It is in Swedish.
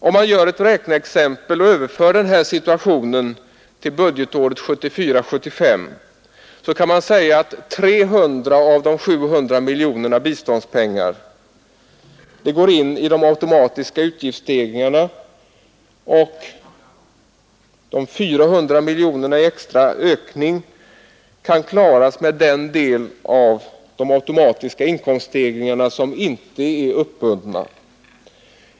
Om man gör ett räkneexempel och överför den här situationen till budgetåret 1974/75, kan man säga att 300 av de 700 miljonerna biståndspengar går in i de automatiska utgiftsstegringarna, och de 400 miljonerna i extra ökning kan klaras med den del av de automatiska inkomststegringarna som inte är uppbundna.